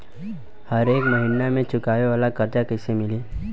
हरेक महिना चुकावे वाला कर्जा कैसे मिली?